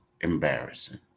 embarrassing